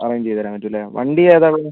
arrange ചെയ്തുതരാൻ പറ്റും അല്ലേ വണ്ടി ഏതാണ് ഉള്ളത്